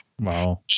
Wow